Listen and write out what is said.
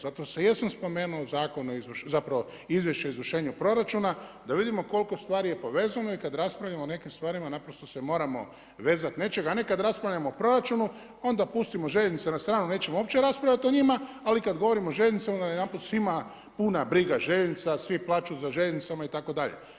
Zato se jesam spomenuo zakona o, zapravo Izvješća o izvršenju proračuna da vidimo koliko stvari je povezano i kada raspravljamo o nekim stvarima naprosto se moramo vezati nečega a ne kada raspravljamo o proračunu onda pustimo željeznice na stranu nećemo uopće raspravljati o njima ali kada govorimo o željeznicama onda najedanput svima puna briga željeznica, svi plaću za željeznicama itd.